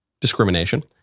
discrimination